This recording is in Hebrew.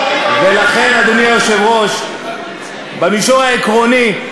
לכן, אדוני היושב-ראש, במישור העקרוני,